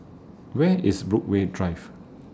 Where IS Brookvale Drive